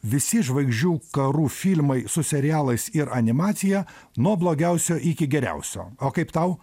visi žvaigždžių karų filmai su serialais ir animacija nuo blogiausio iki geriausio o kaip tau